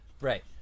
Right